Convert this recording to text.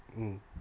mm